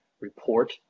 report